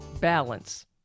Balance